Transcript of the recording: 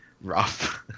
rough